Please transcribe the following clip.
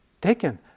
taken